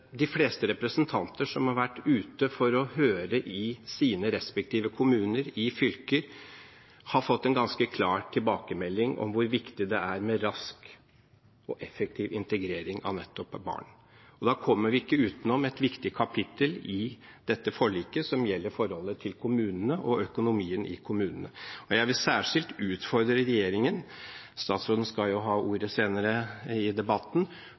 de fleste representanter som har vært ute for å høre med folk i sine respektive kommuner og fylker, har fått en ganske klar tilbakemelding om hvor viktig det er med rask og effektiv integrering av nettopp barn. Da kommer vi ikke utenom et viktig kapittel i dette forliket, som gjelder forholdet til kommunene og økonomien i kommunene. Jeg vil særskilt utfordre regjeringen – statsråden skal jo ha ordet senere i debatten